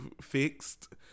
fixed